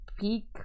peak